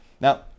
Now